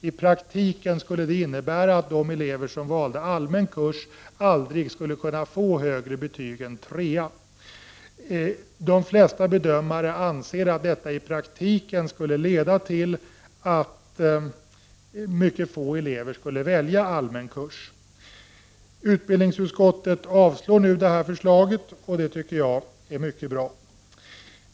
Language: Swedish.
I praktiken skulle det innebära att de elever som valde allmän kurs aldrig skulle kunna få högre betyg än 3. De flesta bedömare anser att detta i praktiken skulle leda till att mycket få elever skulle välja allmän kurs. Utbildningsutskottet har avstyrkt detta förslag, vilket jag tycker är mycket bra.